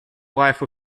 wife